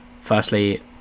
firstly